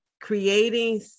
creating